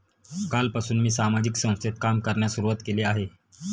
कालपासून मी सामाजिक संस्थेत काम करण्यास सुरुवात केली आहे